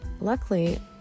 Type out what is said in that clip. luckily